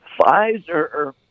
Pfizer